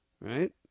Right